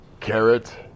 carrot